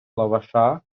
лаваша